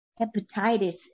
hepatitis